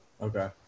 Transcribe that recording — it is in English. okay